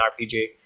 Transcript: RPG